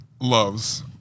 loves